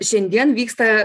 šiandien vyksta